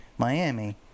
Miami